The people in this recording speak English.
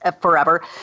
forever